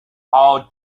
how